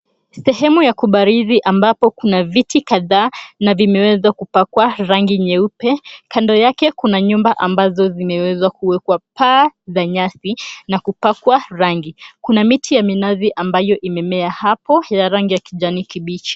Sehemu ya kubarizi ambapo kuna viti kadhaa na vimeweza kupakwa rangi nyeupe. Kando yake kuna nyumba ambazo zimeweza kuwekwa paa za nyasi na kupakwa rangi. Kuna miti ya minazi ambayo imemea hapo ya rangi ya kijani kibichi.